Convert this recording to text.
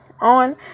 on